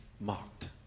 mocked